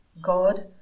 god